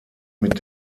mit